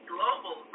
Global